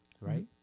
right